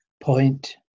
point